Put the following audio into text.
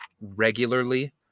regularly